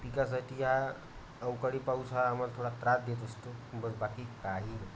पिकासाठी हा अवकाळी पाऊस हा आम्हाला थोडा त्रास देत असतो बस बाकी काही